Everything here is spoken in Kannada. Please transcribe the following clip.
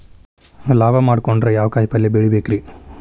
ಲಾಭ ಮಾಡಕೊಂಡ್ರ ಯಾವ ಕಾಯಿಪಲ್ಯ ಬೆಳಿಬೇಕ್ರೇ?